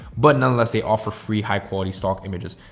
but nonetheless they offer free high quality stock images.